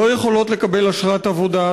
לא יכולות לקבל אשרת עבודה,